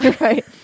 Right